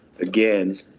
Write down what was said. again